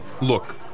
Look